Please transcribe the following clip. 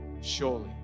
surely